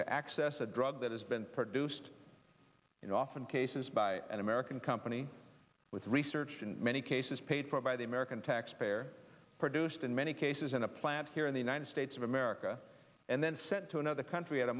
to access a drug that has been produced you know often cases by an american company with research in many cases paid for by the american taxpayer produced in many cases in a plant here in the united states of america and then sent to another country at a